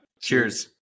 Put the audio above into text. Cheers